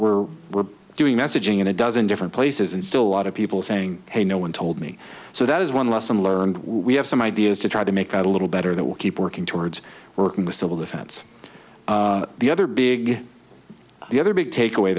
we're we're doing messaging in a dozen different places and still a lot of people saying hey no one told me so that is one lesson learned we have some ideas to try to make that a little better that will keep working towards working with civil defense the other big the other big takeaway